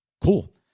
cool